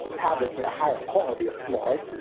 tablets are a higher quality of fluoride,